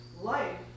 life